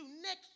next